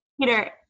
Peter